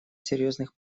серьезных